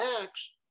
acts